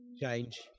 change